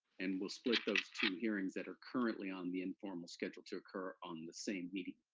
and we'll split those two hearings that are currently on the informal schedule to occur on the same meeting.